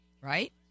right